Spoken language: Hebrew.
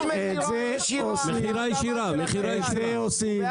בשני העשירונים התחתונים,